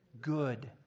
good